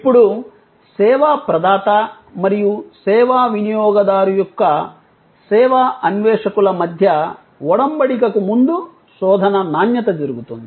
ఇప్పుడు సేవా ప్రదాత మరియు సేవా వినియోగదారు యొక్క సేవా అన్వేషకుల మధ్య వొడంబడిక కు ముందు శోధన నాణ్యత జరుగుతుంది